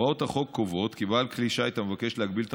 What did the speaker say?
הוראות החוק קובעות כי בעל כלי שיט המבקש להגביל את